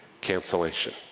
cancellation